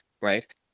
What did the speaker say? right